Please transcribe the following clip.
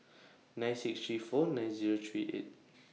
nine six three four nine Zero three eight